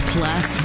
Plus